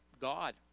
God